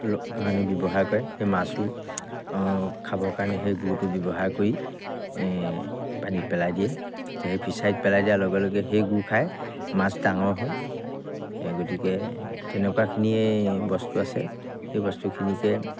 কাৰণে ব্যৱহাৰ কৰে সেই মাছো খাবৰ কাৰণে সেই গুটো ব্যৱহাৰ কৰি পানীত পেলাই দিয়ে তেতিয়া সেই ফিছাৰীত পেলাই দিয়াৰ লগে লগে সেই গুটো খাই মাছ ডাঙৰ হয় গতিকে তেনেকুৱাখিনিয়েই বস্তু আছে সেই বস্তুখিনিকে